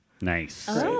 Nice